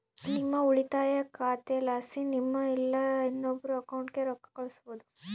ನಿಮ್ಮ ಉಳಿತಾಯ ಖಾತೆಲಾಸಿ ನಿಮ್ಮ ಇಲ್ಲಾ ಇನ್ನೊಬ್ರ ಅಕೌಂಟ್ಗೆ ರೊಕ್ಕ ಕಳ್ಸೋದು